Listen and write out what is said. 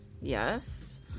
Yes